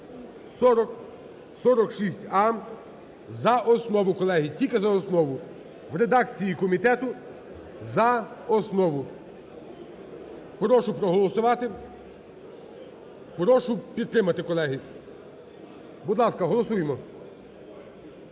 4046а) за основу. Колеги, тільки за основу, в редакції комітету за основу. Прошу проголосувати. Прошу підтримати, колеги. Будь ласка, голосуємо